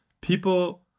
people